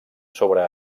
sobre